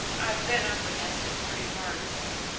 i've been up against it pretty hard, though.